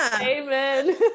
amen